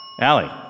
Allie